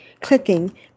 clicking